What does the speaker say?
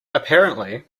apparently